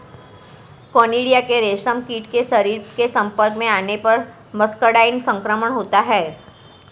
conidia के रेशमकीट के शरीर के संपर्क में आने पर मस्करडाइन संक्रमण होता है